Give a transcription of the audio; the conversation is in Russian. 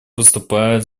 выступает